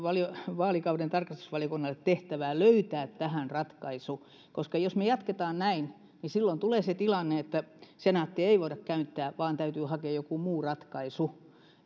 vaalikauden tarkastusvaliokunnalle tehtävää löytää tähän ratkaisu koska jos me jatkamme näin niin silloin tulee se tilanne että senaattia ei voida käyttää vaan täytyy hakea joku muu ratkaisu